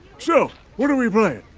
so what are we playing?